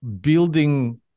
building